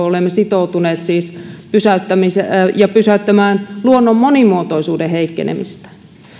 olemme siis sitoutuneet ja pysäyttämään luonnon monimuotoisuuden heikkenemistä